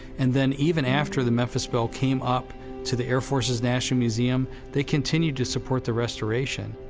and then even after the memphis belle came up to the air force's national museum they continued to support the restoration.